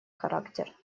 характер